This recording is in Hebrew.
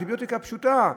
אנטיביוטיקה פשוטה,